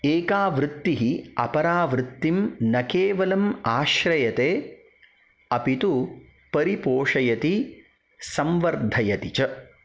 एका वृत्तिः अपरा वृत्तिं न केवलम् आश्रयते अपि तु परिपोषयति सम्वर्धयति च